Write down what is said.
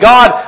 God